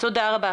תודה רבה.